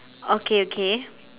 okay okay